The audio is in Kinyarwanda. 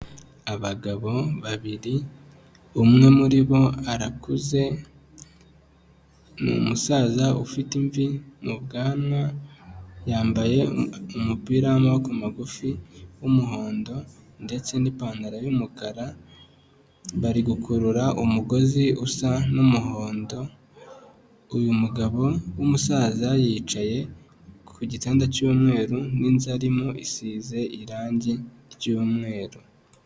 Abagabo babiri, umwe muri bo arakuze ni umusaza ufite imvi mu bwanwa, yambaye umupira w'amaboko magufi w'umuhondo ndetse n'ipantaro y'umukara, bari gukurura umugozi usa n'umuhondo. Uyu mugabo w'umusaza yicaye ku gitanda cy'umweru n'inzu arimo isize irangi ry'umweru.